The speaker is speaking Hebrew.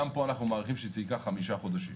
גם פה אנחנו מעריכים שזה ייקח 5 חודשים.